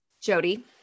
Jody